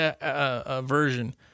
aversion